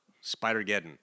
Spider-Geddon